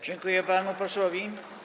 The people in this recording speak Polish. Dziękuję panu posłowi.